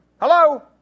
Hello